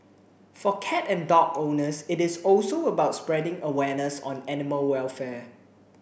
for cat and dog owners it is also about spreading awareness on animal welfare